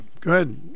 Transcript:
good